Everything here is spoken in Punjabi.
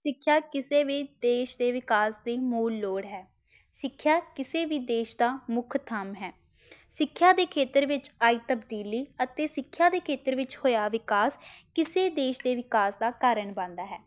ਸਿੱਖਿਆ ਕਿਸੇ ਵੀ ਦੇਸ਼ ਦੇ ਵਿਕਾਸ ਦੀ ਮੂਲ ਲੋੜ ਹੈ ਸਿੱਖਿਆ ਕਿਸੇ ਵੀ ਦੇਸ਼ ਦਾ ਮੁੱਖ ਥੰਮ ਹੈ ਸਿੱਖਿਆ ਦੇ ਖੇਤਰ ਵਿੱਚ ਆਈ ਤਬਦੀਲੀ ਅਤੇ ਸਿੱਖਿਆ ਦੇ ਖੇਤਰ ਵਿੱਚ ਹੋਇਆ ਵਿਕਾਸ ਕਿਸੇ ਦੇਸ਼ ਦੇ ਵਿਕਾਸ ਦਾ ਕਾਰਨ ਬਣਦਾ ਹੈ